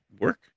work